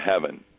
heaven